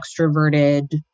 extroverted